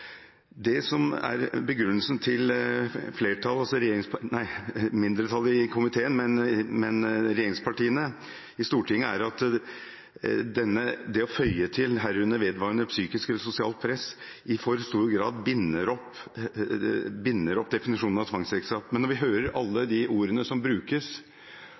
Det som er begrunnelsen fra mindretallet i komiteen, altså regjeringspartiene her i Stortinget, er at det å føye til «herunder vedvarende psykisk eller sosialt press» i for stor grad binder opp definisjonen av tvangsekteskap. Men når vi hører alle de ordene som brukes,